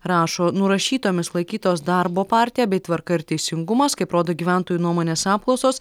rašo nurašytomis laikytos darbo partija bei tvarka ir teisingumas kaip rodo gyventojų nuomonės apklausos